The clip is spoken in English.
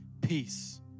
Peace